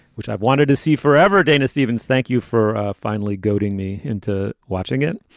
which i've wanted to see forever. dana stevens, thank you for finally goading me into watching it.